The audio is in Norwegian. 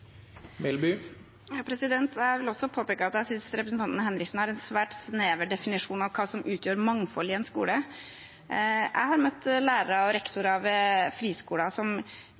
Jeg vil også påpeke at jeg synes representanten Henriksen har en svært snever definisjon av hva som utgjør mangfoldet i en skole. Jeg har møtt lærere og rektorer ved friskoler som